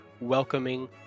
welcoming